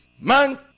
Man